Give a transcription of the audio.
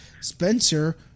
Spencer